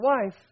wife